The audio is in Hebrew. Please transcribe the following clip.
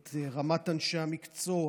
את רמת אנשי המקצוע,